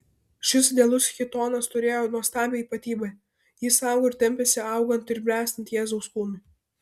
šis idealus chitonas turėjo nuostabią ypatybę jis augo ir tempėsi augant ir bręstant jėzaus kūnui